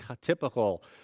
typical